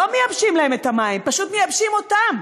לא מייבשים להם את המים, פשוט מייבשים אותם.